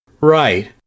Right